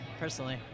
personally